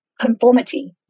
conformity